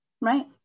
Right